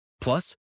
Plus